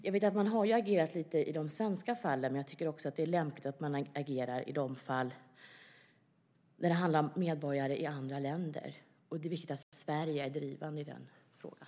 Jag vet att man har agerat lite i de svenska fallen, men jag tycker också att det är lämpligt att man agerar i de fall som handlar om medborgare i andra länder. Det är viktigt att Sverige är drivande i den frågan.